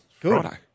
Good